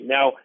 Now